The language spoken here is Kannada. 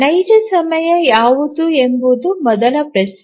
ನೈಜ ಸಮಯ ಯಾವುದು ಎಂಬುದು ಮೊದಲ ಪ್ರಶ್ನೆ